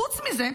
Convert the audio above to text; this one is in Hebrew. חוץ מזה,